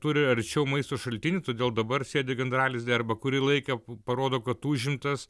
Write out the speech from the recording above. turi arčiau maisto šaltinį todėl dabar sėdi gandralizdy arba kurį laiką parodo kad užimtas